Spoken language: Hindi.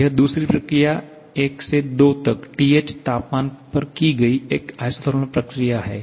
यह दूसरी प्रक्रिया 1 से 2 तक TH तापमान पर कि गए एक आइसोथर्मल प्रक्रिया है